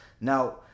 now